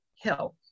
health